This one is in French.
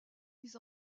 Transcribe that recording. mis